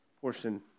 portion